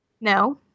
No